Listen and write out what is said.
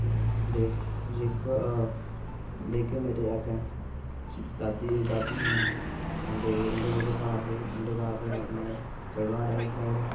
ते जेह्के मेरे अग्गै दादी हियां ते उं'दे जेह्के घर हे ते उं'दे घर हे अपने सुरगान आह्ली साईड